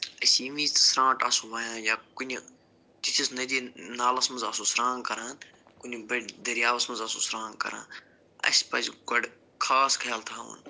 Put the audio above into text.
أسۍ ییٚمہِ وِزِ تہِ سرانٛٹھ آسو وایان یا کُنہِ تِتھِس نٔدی نالَس منٛز آسو سرٛان کران کُنہِ دریاوَس منٛز آسو سرٛان کران اَسہِ پَزِ گۄڈٕ خاص خیال تھاوُن